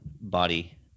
body